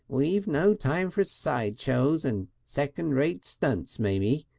we've no time for side shows and second rate stunts, mamie.